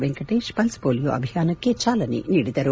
Venkatesh pulse polio ಅಭಿಯಾನಕ್ಕೆ ಚಾಲನೆ ನೀಡಿದರು